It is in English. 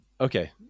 Okay